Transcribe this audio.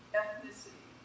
ethnicity